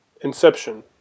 Inception